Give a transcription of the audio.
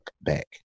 back